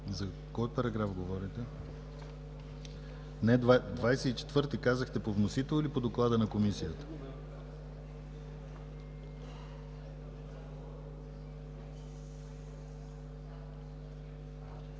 За кой параграф говорите? Казахте § 24 по вносител или по доклада на Комисията?